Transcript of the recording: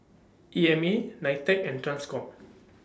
E M A NITEC and TRANSCOM